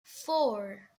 four